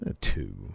two